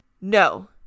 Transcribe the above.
No